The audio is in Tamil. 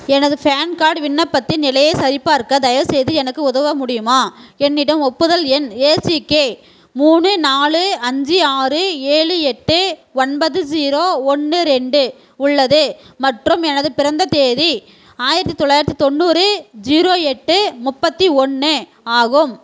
எனது ஃபேன் கார்டு விண்ணப்பத்தின் நிலையை சரிபார்க்க தயவுசெய்து எனக்கு உதவ முடியுமா என்னிடம் ஒப்புதல் எண் ஏசிகே மூணு நாலு அஞ்சு ஆறு ஏழு எட்டு ஒன்பது ஜீரோ ஒன்று ரெண்டு உள்ளது மற்றும் எனது பிறந்த தேதி ஆயிரத்தி தொள்ளாயிரத்தி தொண்ணூறு ஜீரோ எட்டு முப்பத்தி ஒன்று ஆகும்